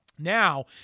Now